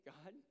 God